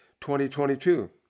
2022